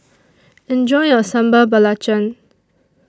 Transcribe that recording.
Enjoy your Sambal Belacan